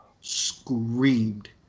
screamed